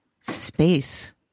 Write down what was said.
space